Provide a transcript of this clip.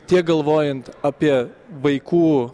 tiek galvojant apie vaikų